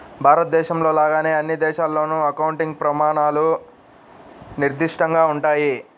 భారతదేశంలో లాగానే అన్ని దేశాల్లోనూ అకౌంటింగ్ ప్రమాణాలు నిర్దిష్టంగా ఉంటాయి